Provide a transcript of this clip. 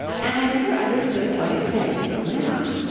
and i never understood what it meant till now